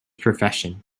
profession